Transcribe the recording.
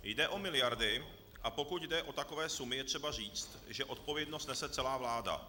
Jde o miliardy, a pokud jde o takové sumy, je třeba říct, že odpovědnost nese celá vláda.